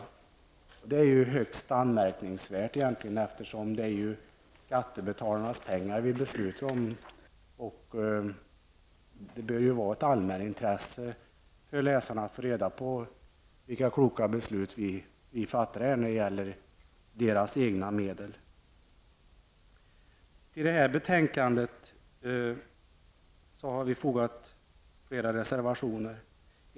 Detta är ju högst anmärkningsvärt egentligen, eftersom det ju är skattebetalarnas pengar vi beslutar om. Det bör finnas ett allmänt intresse hos läsarna att få reda på vilka kloka beslut vi fattar här när det gäller deras egna medel. Till det här betänkandet har vi fogat flera reservationer.